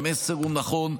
המסר הוא נכון,